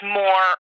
more